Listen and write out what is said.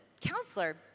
counselor